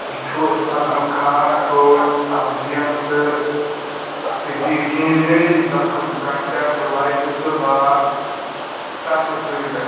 یہِ چھُ صدمہٕ، خاص پٲٹھۍ سبزِین تہٕ سٕتی کیمیٲیی زخٕم، کانٹیکٹ لاینٕز تہٕ لاگ ترنہٕ سۭتۍ گژھان